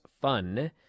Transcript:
fun